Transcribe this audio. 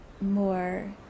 more